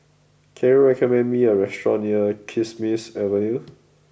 can you recommend me a restaurant near Kismis Avenue